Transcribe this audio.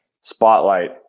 spotlight